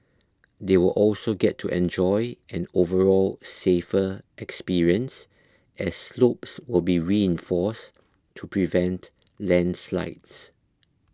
they will also get to enjoy an overall safer experience as slopes will be reinforced to prevent landslides